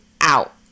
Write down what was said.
out